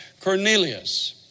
Cornelius